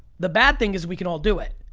the bad thing is we can all do it.